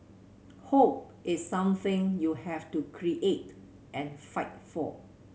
hope is something you have to create and fight for